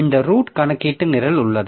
இந்த ரூட் கணக்கீட்டு நிரல் உள்ளது